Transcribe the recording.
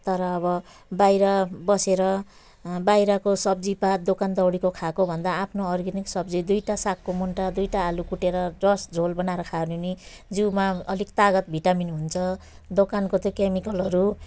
तर अब बाहिर बसेर बाहिरको सब्जीपात दोकानदौडीको खाएको भन्दा आफ्नो अर्ग्यानिक सब्जी दुईटा सागको मुन्टा दुईटा आलु कुटेर रस झोल बनाएर खायो भने नि जिउमा अलिक तागत भिटामिन हुन्छ दोकानको त्यो केमिकलहरू